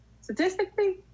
Statistically